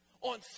On